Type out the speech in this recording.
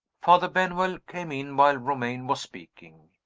father benwell came in while romayne was speaking.